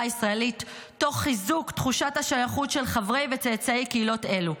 הישראלית תוך חיזוק תחושת השייכות של חברי וצאצאי קהילות אלו.